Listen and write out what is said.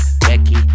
Becky